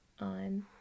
on